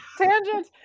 Tangent